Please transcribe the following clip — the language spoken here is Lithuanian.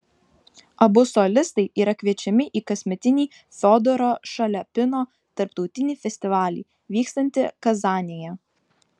abu solistai yra kviečiami į kasmetinį fiodoro šaliapino tarptautinį festivalį vykstantį kazanėje